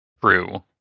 True